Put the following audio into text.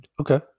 Okay